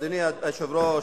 אדוני היושב-ראש,